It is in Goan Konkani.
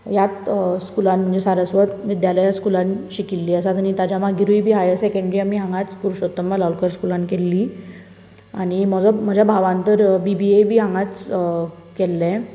ह्याच स्कुलान म्हणजे सारस्वत विद्यालय स्कुलान शिकिल्लीं आसात आनी ताज्या मागीरूय हायर सेकन्डरी हांगाच पुरशोत्तम वालावलिकर स्कुलान केल्ली आनी म्हजो म्हाज्या भावान तर बी बी ए बी हांगाच केल्ले